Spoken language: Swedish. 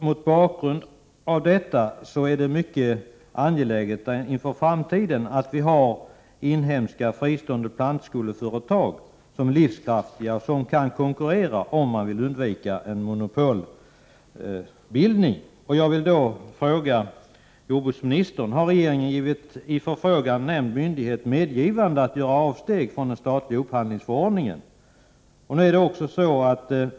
Mot bakgrund av detta är det mycket angeläget inför framtiden att vi har inhemska, livskraftiga, fristående plantskoleföretag som kan konkurrera, om man vill undvika en monopolbildning. Jag vill fråga jordbruksministern: Har regeringen givit i min fråga nämnd myndighet medgivande att göra avsteg från den statliga upphandlingsförordningen?